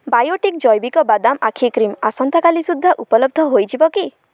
Biotique ଜୈବିକ ବାଦାମ ଆଖି କ୍ରିମ୍ ଆସନ୍ତା କାଲି ସୁଦ୍ଧା ଉପଲବ୍ଧ ହୋଇଯିବ କି